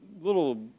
little